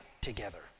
together